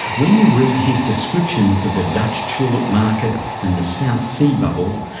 when you read his descriptions of the dutch tulip market and the south sea bubble,